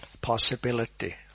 possibility